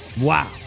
Wow